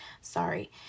Sorry